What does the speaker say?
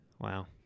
Wow